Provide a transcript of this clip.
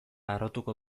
harrotuko